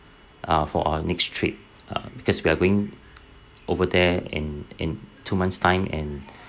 uh for our next trip uh because we're going over there in in two months' time and